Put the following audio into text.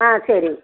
ஆ சரிங்